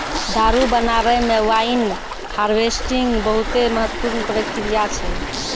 दारु बनाबै मे वाइन हार्वेस्टिंग बहुते महत्वपूर्ण प्रक्रिया छै